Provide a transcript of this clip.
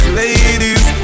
ladies